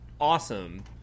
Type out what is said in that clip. awesome